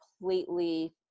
completely